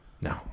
No